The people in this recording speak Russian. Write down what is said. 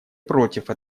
против